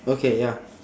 okay ya